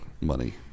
money